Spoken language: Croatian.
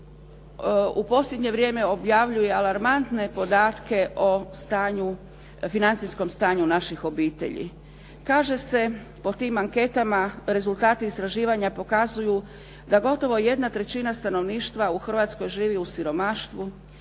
u posljednje vrijeme objavljuje alarmantne podatke o financijskom stanju naših obitelji. Kaže se po tim anketama, rezultati istraživanja pokazuju da gotovo 1/3 stanovništva u Hrvatskoj živi u siromaštvu,